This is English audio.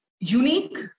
unique